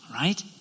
Right